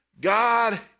God